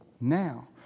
now